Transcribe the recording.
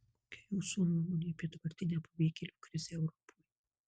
kokia jūsų nuomonė apie dabartinę pabėgėlių krizę europoje